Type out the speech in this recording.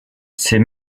ces